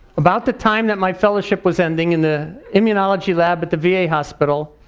about the time that my fellowship was ending in the immunology lab at the va hospital.